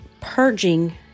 purging